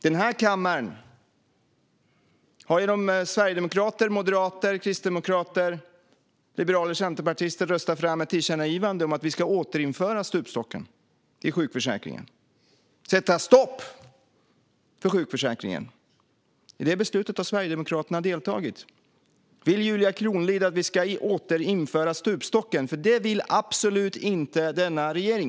Den här kammaren har genom sverigedemokrater, moderater, kristdemokrater, liberaler och centerpartister röstat igenom ett tillkännagivande om att vi ska återinföra stupstocken i sjukförsäkringen - sätta stopp för sjukförsäkringen! I det beslutet har Sverigedemokraterna deltagit. Vill Julia Kronlid att vi ska återinföra stupstocken? Det vill absolut inte denna regering.